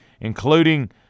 including